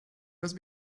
must